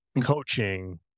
coaching